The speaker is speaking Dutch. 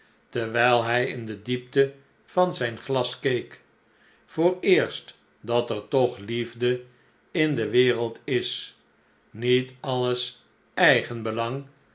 terwijl hij in de diepte van zijn glas keek vooreerst dat er toch liefde in de wereld is niet alles eigenbelang